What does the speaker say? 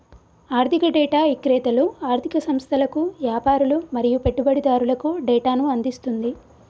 ఆర్ధిక డేటా ఇక్రేతలు ఆర్ధిక సంస్థలకు, యాపారులు మరియు పెట్టుబడిదారులకు డేటాను అందిస్తుంది